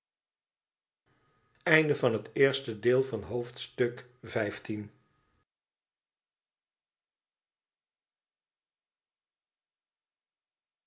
hoofdstuk van het eerste deel van het